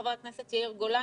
חבר הכנסת יאיר גולן,